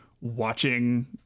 watching